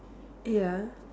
ya